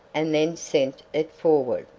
and then sent it forward.